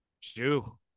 Jew